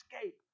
escape